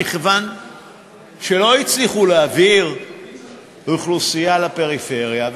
ולא הצליחו להעביר אוכלוסייה לפריפריה.